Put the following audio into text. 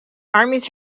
armies